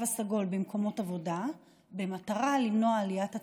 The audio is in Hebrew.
הסגול במקומות עבודה במטרה למנוע עליית תחלואה.